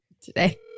today